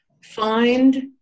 find